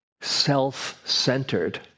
self-centered